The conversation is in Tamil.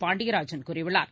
பாண்டியராஜன் கூறியுள்ளார்